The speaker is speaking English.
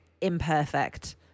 imperfect